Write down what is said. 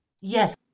Yes